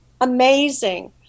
amazing